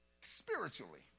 spiritually